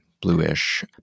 bluish